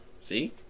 See